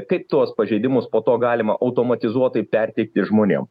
kaip tuos pažeidimus po to galima automatizuotai perteikti žmonėm